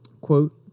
quote